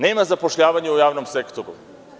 Nema zapošljavanja u javnom sektoru.